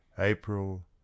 April